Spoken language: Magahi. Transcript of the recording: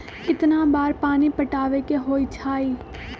कितना बार पानी पटावे के होई छाई?